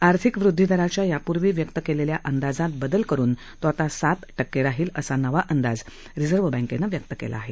आर्थिक वृदधी दराच्या यापूर्वी व्यक्त केलेल्या अंदाजात बदल करून तो आता सात टक्के राहील असा नवा अंदाज रिझर्व्ह बँकेनं व्यक्त केला आहे